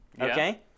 Okay